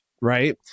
Right